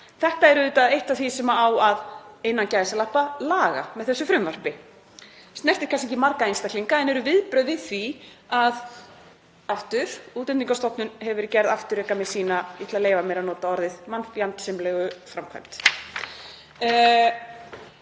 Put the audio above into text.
Þetta er auðvitað eitt af því sem á að „laga“ með þessu frumvarpi, snertir kannski ekki marga einstaklinga en eru viðbrögð við því að, aftur, Útlendingastofnun hefur verið gerð afturreka með sína, ég ætla að leyfa mér að nota orðið mannfjandsamlegu framkvæmd.